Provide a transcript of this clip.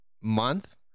month